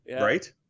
Right